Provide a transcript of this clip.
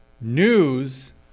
news